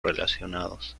relacionados